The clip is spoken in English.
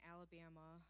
Alabama